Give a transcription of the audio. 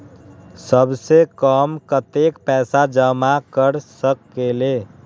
सबसे कम कतेक पैसा जमा कर सकेल?